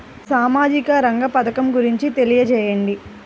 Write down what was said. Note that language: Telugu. సామాజిక రంగ పథకం గురించి తెలియచేయండి?